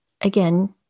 again